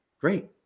great